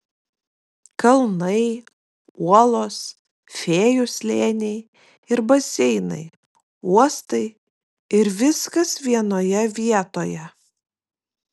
kalnai uolos fėjų slėniai ir baseinai uostai ir viskas vienoje vietoje